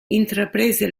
intraprese